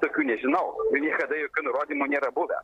tokių nežinau niekada jokių nurodymų nėra buvę